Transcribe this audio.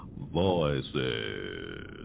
voices